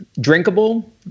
drinkable